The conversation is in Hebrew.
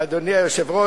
אדוני היושב-ראש,